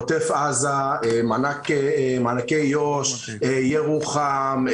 עוטף עזה, מענקי יהודה ושומרון, ירוחם.